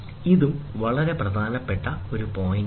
ഇതും വളരെ പ്രധാനപ്പെട്ട ഒരു പോയിന്റാണ്